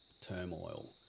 turmoil